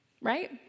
right